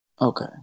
Okay